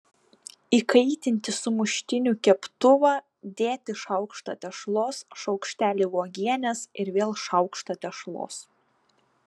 įkaitinti sumuštinių keptuvą dėti šaukštą tešlos šaukštelį uogienės ir vėl šaukštą tešlos